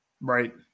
Right